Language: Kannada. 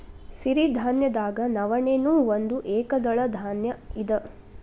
ಸಿರಿಧಾನ್ಯದಾಗ ನವಣೆ ನೂ ಒಂದ ಏಕದಳ ಧಾನ್ಯ ಇದ